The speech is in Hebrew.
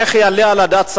איך יעלה על הדעת,